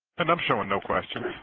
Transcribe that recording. and i'm showing no questions.